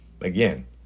again